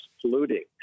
polluting